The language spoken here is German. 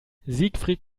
siegfried